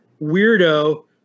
weirdo